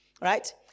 Right